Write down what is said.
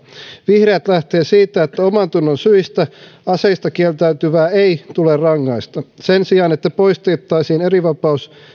vihreät lähtee siitä että omantunnon syistä aseista kieltäytyvää ei tule rangaista sen sijaan että poistettaisiin erivapaus